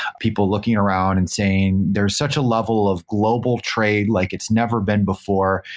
people looking around and saying there's such a level of global trade like it's never been before.